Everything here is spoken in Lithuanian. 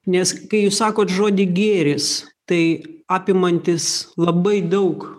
nes kai jūs sakot žodį gėris tai apimantis labai daug